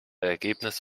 ergebnis